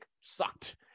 sucked